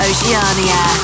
Oceania